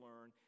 learn